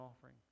offering